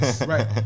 right